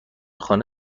خانه